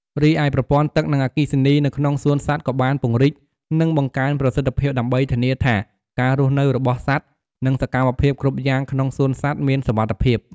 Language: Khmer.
រីឯប្រព័ន្ធទឹក និងអគ្គិសនីនៅក្នុងសួនសត្វក៏បានពង្រីក និងបង្កើនប្រសិទ្ធភាព ដើម្បីធានាថាការរស់នៅរបស់សត្វ និងសកម្មភាពគ្រប់យ៉ាងក្នុងសួនសត្វមានសុវត្ថិភាព។